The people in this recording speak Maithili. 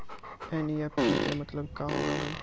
एन.ई.एफ.टी के मतलब का होव हेय?